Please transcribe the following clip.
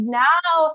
now